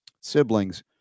siblings